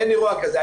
אין אירוע כזה.